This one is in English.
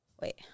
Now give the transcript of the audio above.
wait